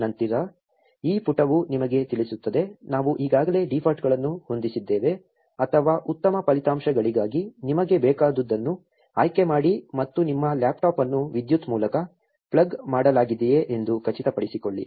ನಂತರ ಈ ಪುಟವು ನಿಮಗೆ ತಿಳಿಸುತ್ತದೆ ನಾವು ಈಗಾಗಲೇ ಡೀಫಾಲ್ಟ್ಗಳನ್ನು ಹೊಂದಿಸಿದ್ದೇವೆ ಅಥವಾ ಉತ್ತಮ ಫಲಿತಾಂಶಗಳಿಗಾಗಿ ನಿಮಗೆ ಬೇಕಾದುದನ್ನು ಆಯ್ಕೆ ಮಾಡಿ ಮತ್ತು ನಿಮ್ಮ ಲ್ಯಾಪ್ಟಾಪ್ ಅನ್ನು ವಿದ್ಯುತ್ ಮೂಲಕ್ಕೆ ಪ್ಲಗ್ ಮಾಡಲಾಗಿದೆಯೇ ಎಂದು ಖಚಿತಪಡಿಸಿಕೊಳ್ಳಿ